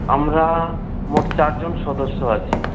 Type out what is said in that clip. আমরা মোট চার জন সদস্য আছি